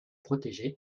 protégés